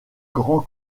grand